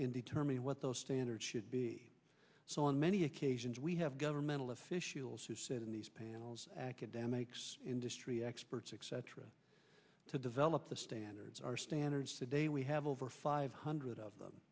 in determining what those standards should be so on many occasions we have governmental officials who said in these panels academics industry experts except to develop the standards our standards today we have over five hundred of them